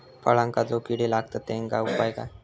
फळांका जो किडे लागतत तेनका उपाय काय?